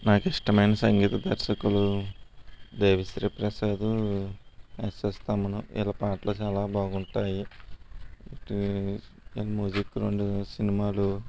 నాకు ఇష్టమైన సంగీత దర్శకులు దేవిశ్రీ ప్రసాద్ ఎస్ఎస్ తమన్ వీళ్ళ పాటలు చాలా బాగుంటాయి అంటే వీళ్ళ మ్యూజిక్లు ఉండే సినిమాలు